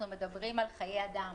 אנחנו מדברים על חיי אדם,